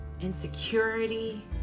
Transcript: insecurity